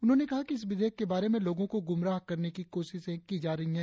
उन्होंने कहा कि इस विधेयक के बारे में लोगों को गुमराह करने की कोशिशे की जा रही है